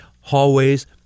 hallways